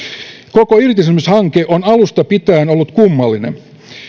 koko irtisanomishanke on alusta pitäen ollut kummallinen